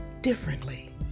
differently